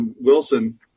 Wilson